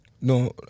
No